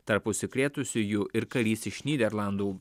tarp užsikrėtusiųjų ir karys iš nyderlandų